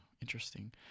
interesting